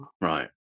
right